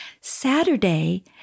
Saturday